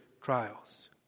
trials